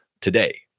today